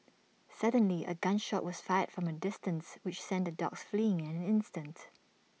suddenly A gun shot was fired from A distance which sent the dogs fleeing in an instant